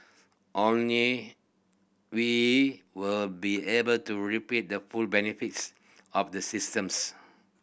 only we will be able to reap the full benefits of the systems